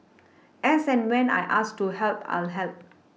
as and when I'm asked to help I'll help